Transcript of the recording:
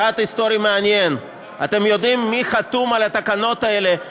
פרט היסטורי מעניין: אתם יודעים מי חתום על התקנות האלה,